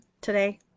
today